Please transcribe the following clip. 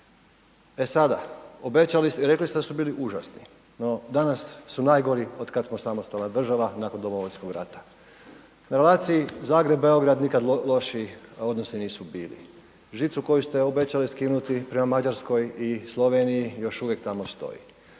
E sada, obećali ste, rekli ste da su bili užasni no danas su najgori otkad smo samostalna država nakon Domovinskog rata. Na relaciji Zagreb-Beograd nikad lošiji odnosi nisu bili. Žicu koju ste obećali skinuti prema Mađarskoj i Sloveniji, još uvijek tamo stoji.